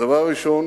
הדבר הראשון